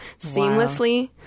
seamlessly